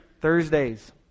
Thursdays